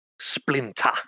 splinter